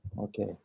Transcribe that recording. Okay